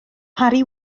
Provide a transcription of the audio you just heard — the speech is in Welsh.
parry